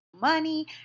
money